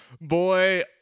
boy